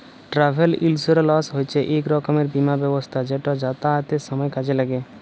travel insurance হছে ইক রকমের বীমা ব্যবস্থা যেট যাতায়াতের সময় কাজে ল্যাগে